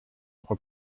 pro